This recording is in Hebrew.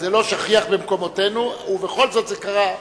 זה לא שכיח במקומותנו ובכל זאת זה קרה.